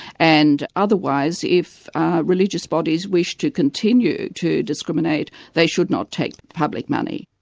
and otherwise, if religious bodies wish to continue to discriminate, they should not take public money.